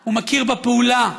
הוא מכיר בפעולה,